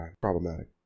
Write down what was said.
Problematic